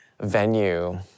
venue